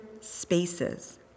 spaces